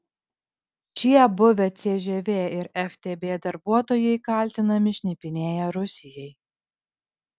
šie buvę cžv ir ftb darbuotojai kaltinami šnipinėję rusijai